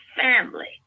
family